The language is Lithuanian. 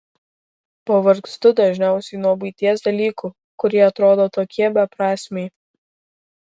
pavargstu dažniausiai nuo buities dalykų kurie atrodo tokie beprasmiai